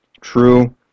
True